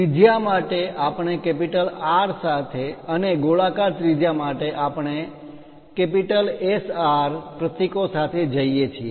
ત્રિજ્યા માટે આપણે R સાથે અને ગોળાકાર ત્રિજ્યા માટે આપણે SR પ્રતીકો સાથે જઈએ છીએ